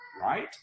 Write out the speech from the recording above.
right